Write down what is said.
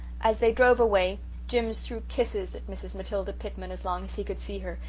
as they drove away jims threw kisses at mrs. matilda pitman as long as he could see her,